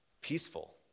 peaceful